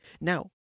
Now